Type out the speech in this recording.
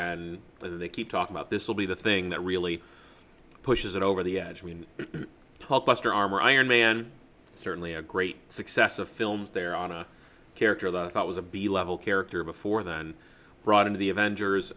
and they keep talking about this will be the thing that really pushes it over the edge we talk buster armor iron man certainly a great success of films there on a character that i thought was a b level character before then brought into the